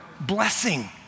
blessing